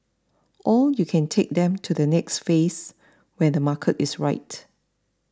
and you can take them to the next phase when the market is right